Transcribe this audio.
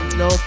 no